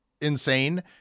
insane